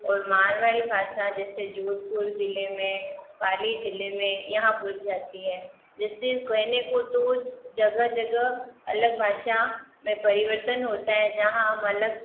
और मारवाड़ी भाषा जैसे जोधपुर ज़िले में पाली ज़िले में यहाँ बोली जाती है जैसे कहने को तो जगह जगह अलग भाषा में परिवर्तन होता है जहाँ हम अलग